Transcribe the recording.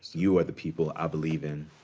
you are the people i believe in.